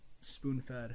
spoon-fed